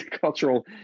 cultural